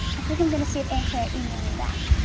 i think i'm gonna see if aunt clair emailed me back.